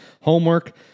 homework